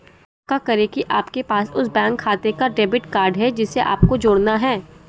पक्का करें की आपके पास उस बैंक खाते का डेबिट कार्ड है जिसे आपको जोड़ना है